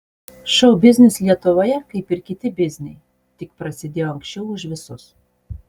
šou biznis lietuvoje kaip ir kiti bizniai tik prasidėjo anksčiau už visus